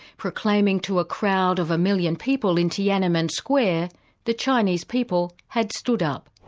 proclaiming to a crowd of a million people in tiananmen square the chinese people had stood up.